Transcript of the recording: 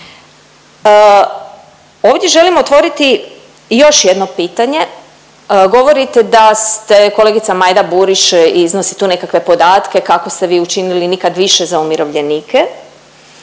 Ovdje želim otvoriti još jedno pitanje, govorite da ste kolegica Majda Burić iznosi tu nekakve podatke kako ste vi učinili nikad više za umirovljenike,